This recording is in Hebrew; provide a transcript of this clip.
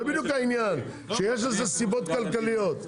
זה בדיוק העניין שיש לזה סיבות כלכליות.